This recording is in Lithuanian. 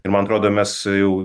ir man atrodo mes jau